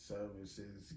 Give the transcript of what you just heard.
Services